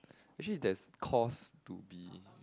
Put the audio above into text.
actually there's cause to be